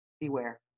beware